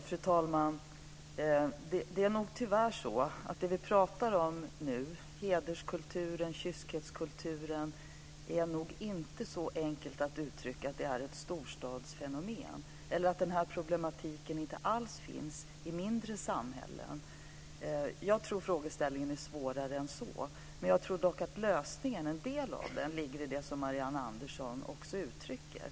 Fru talman! Det är nog tyvärr så att det som vi pratar om nu - hederskulturen och kyskhetskulturen - inte är så enkelt att man kan uttrycka att det är ett storstadsfenomen eller att denna problematik inte alls finns i mindre samhällen. Jag tror att frågeställningen är svårare än så, men jag tror dock att en del av lösningen ligger i det som Marianne Andersson också uttrycker.